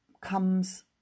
comes